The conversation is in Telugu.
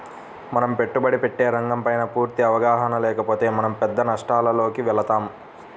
మనం పెట్టుబడి పెట్టే రంగంపైన పూర్తి అవగాహన లేకపోతే మనం పెద్ద నష్టాలలోకి వెళతాం